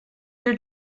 your